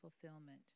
fulfillment